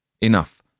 Enough